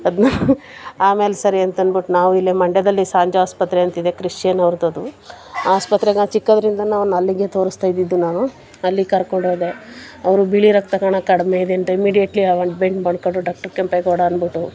ಅದನ್ನೂ ಆಮೇಲೆ ಸರಿ ಅಂತ ಅಂದ್ಬಿಟ್ಟು ನಾವು ಇಲ್ಲಿ ಮಂಡ್ಯದಲ್ಲೆ ಸಾಂಜ ಆಸ್ಪತ್ರೆ ಅಂತ ಇದೆ ಕ್ರಿಶ್ಚಿಯನ್ ಅವರದ್ದು ಆಸ್ಪತ್ರೆ ನಾನು ಚಿಕ್ಕದ್ದರಿಂದ ನಾನು ಅಲ್ಲಿಗೇ ತೋರಿಸ್ತಾಯಿದ್ದಿದ್ದು ನಾನು ಅಲ್ಲಿ ಕರ್ಕೊಂಡೋದೆ ಅವರು ಬಿಳಿ ರಕ್ತ ಕಣ ಕಡಿಮೆ ಇದೆ ಅಂತ ಇಮಿಡಿಯೆಟ್ಲಿಅವನ್ನ ಮಾಡಿಕೊಂಡ್ರು ಡಾಕ್ಟರ್ ಕೆಂಪೇಗೌಡ ಅಂದ್ಬಿಟ್ಟು